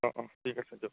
অঁ অঁ ঠিক আছে দিয়ক